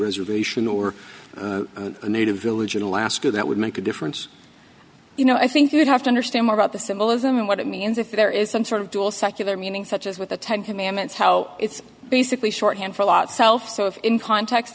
reservation or native village in alaska that would make a difference you know i think you would have to understand more about the symbolism and what it means if there is some sort of dual secular meaning such as with the ten commandments how it's basically shorthand for a lot